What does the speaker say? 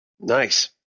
Nice